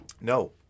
No